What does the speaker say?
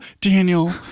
Daniel